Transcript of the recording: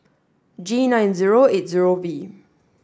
G nine zero eight zero V